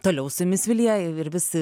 toliau su jumis vilija ir vis